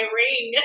ring